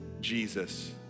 Jesus